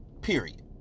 period